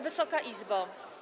Wysoka Izbo!